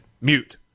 mute